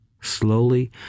slowly